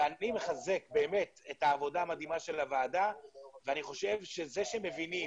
ואני מחזק באמת את העבודה המדהימה של הוועדה ואני חושב שזה שמבינים